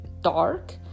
dark